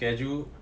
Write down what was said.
schedule